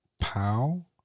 Pow